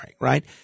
right